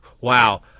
wow